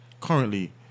currently